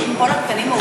כל התקנים מאוישים?